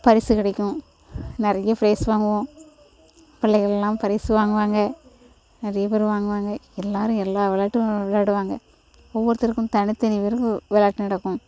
பரிசு கிடைக்கும் நிறையா ப்ரைஸ் வாங்குவோம் பிள்ளைகள்லாம் பரிசு வாங்குவாங்க நிறையா பேர் வாங்குவாங்க எல்லோரும் எல்லா விளாட்டும் விளாடுவாங்க ஒவ்வொருத்தருக்கும் தனி தனி பேருக்கு விளாட்டு நடக்கும்